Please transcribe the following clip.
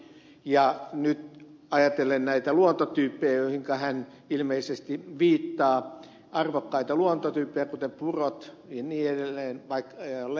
nyt ajatellen näitä luontotyyppejä joihin hän ilmeisesti viittaa arvokkaita luontotyyppejä kuten purot lehdot ja niin edelleen